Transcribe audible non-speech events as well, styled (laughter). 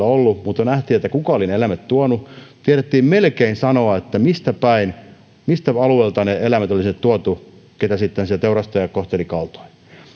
(unintelligible) ollut niin nähtiin kuka oli ne eläimet tuonut tiedettiin melkein sanoa mistä päin miltä alueelta oli tuotu sinne ne eläimet joita sitten se teurastaja kohteli kaltoin